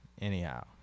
anyhow